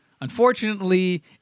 Unfortunately